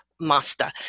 master